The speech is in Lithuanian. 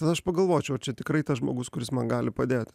tada aš pagalvočiau ar čia tikrai tas žmogus kuris man gali padėti